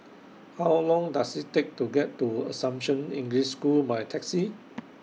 How Long Does IT Take to get to Assumption English School By Taxi